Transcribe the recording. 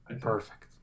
Perfect